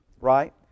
right